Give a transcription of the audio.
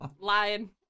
lying